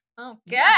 okay